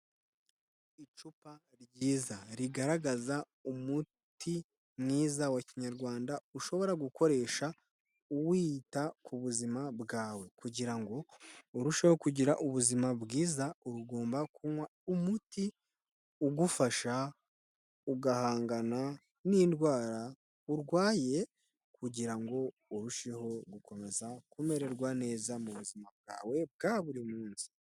Icupa ryiza rigaragaza umuti mwiza wa kinyarwanda ushobora gukoresha uwita ku buzima bwawe, kugira ngo urusheho kugira ubuzima bwiza ugomba kunywa umuti ugufasha ugahangana n'indwara urwaye kugira urusheho gukomeza kumererwa neza mu buzima bwawe bwa buri munsi.